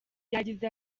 yagize